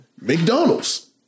McDonald's